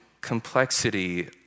complexity